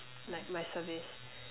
like my service